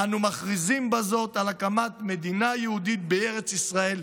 אנו מכריזים בזאת על הקמת מדינה יהודית בארץ ישראל,